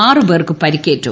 ആറ് പേർക്ക് പരിക്കേറ്റു